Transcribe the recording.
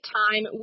time